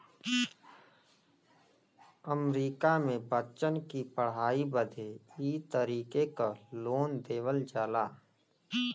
अमरीका मे बच्चन की पढ़ाई बदे ई तरीके क लोन देवल जाला